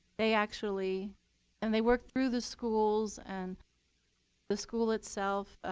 they actually and they worked through the schools and the school itself.